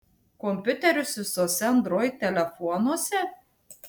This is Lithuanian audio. kompiuteris visuose android telefonuose